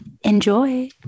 Enjoy